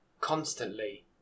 constantly